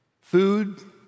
Food